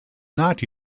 not